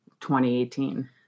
2018